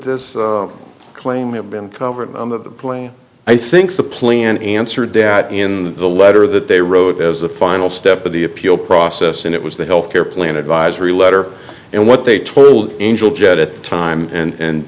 this claim have been covered on the plane i think the plan answered that in the letter that they wrote as the final step of the appeal process and it was the health care plan advisory letter and what they told angel jett at the time and